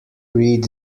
read